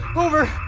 over!